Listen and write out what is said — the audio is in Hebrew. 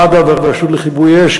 מד"א והרשות לכיבוי אש.